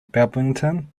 badminton